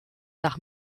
nach